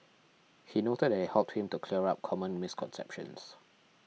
he noted that it helped him to clear up common misconceptions